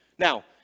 Now